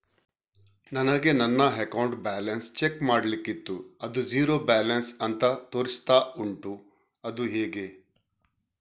ನನಗೆ ನನ್ನ account balance check ಮಾಡ್ಲಿಕ್ಕಿತ್ತು ಅದು ಝೀರೋ ಬ್ಯಾಲೆನ್ಸ್ ಅಂತ ತೋರಿಸ್ತಾ ಉಂಟು ಅದು ಹೇಗೆ?